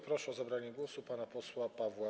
Proszę o zabranie głosu pana posła Pawła